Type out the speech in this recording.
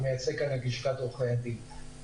בדיון זה אני מייצג את לשכת עורכי הדין.